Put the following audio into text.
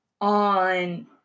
on